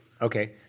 Okay